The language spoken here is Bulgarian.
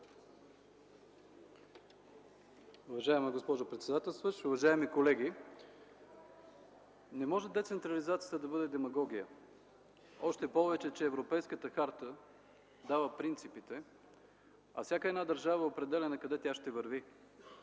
Уважаема госпожо председател, уважаеми колеги! Не може децентрализацията да бъде демагогия, още повече че Европейската харта дава принципите, а всяка една държава определя накъде тя ще върви.